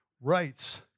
Rights